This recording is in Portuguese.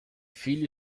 filha